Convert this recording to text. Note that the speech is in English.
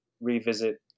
revisit